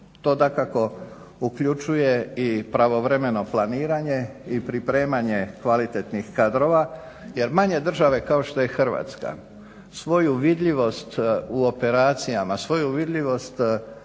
To dakako uključuje i pravovremeno planiranje i pripremanje kvalitetnih kadrova jer manje države kao što je Hrvatska svoju vidljivost u operacijama, svoju vidljivost općenito